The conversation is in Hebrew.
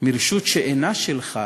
מרשות שאינה שלך